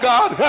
God